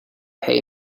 hay